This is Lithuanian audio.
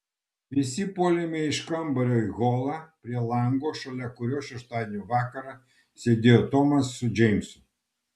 visi puolėme iš kambario į holą prie lango šalia kurio šeštadienio vakarą sėdėjo tomas su džeimsu